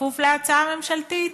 בכפוף להצעה הממשלתית,